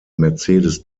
mercedes